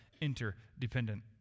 interdependent